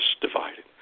divided